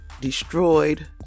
destroyed